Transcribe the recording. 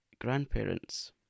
grandparents